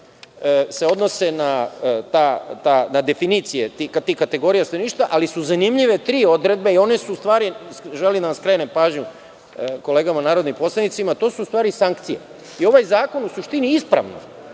se odnose na definicije tih kategorija stanovništva, ali su zanimljive tri odredbe, i one su u stvari, želim da vam skrenem pažnju, kolegama narodnim poslanicima, to su u stvari sankcije. Ovaj zakonu suštini ispravno